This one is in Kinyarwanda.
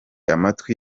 amatwi